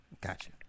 Gotcha